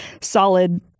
solid